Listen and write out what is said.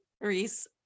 Reese